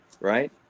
right